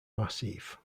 massif